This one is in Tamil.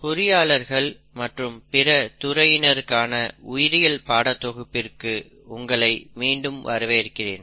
பொறியாளர்கள் மற்றும் பிற துறையினருக்கான உயிரியல் பாட தொகுப்பிற்கு உங்களை மீண்டும் வரவேற்கிறோம்